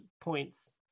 points